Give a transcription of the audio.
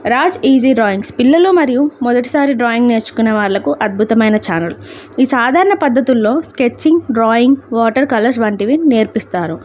Raj easy drawings పిల్లలు మరియు మొదటిసారి డ్రాయింగ్ నేర్చుకునే వాళ్ళకు అద్భుతమైన ఛానల్ ఈ సాధారణ పద్ధతుల్లో స్కెచ్చింగ్ డ్రాయింగ్ వాటర్ కలర్స్ వంటివి నేర్పిస్తారు